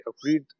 agreed